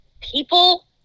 People